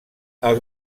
els